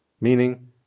Meaning